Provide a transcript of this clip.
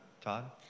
Todd